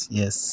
yes